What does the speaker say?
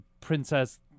princess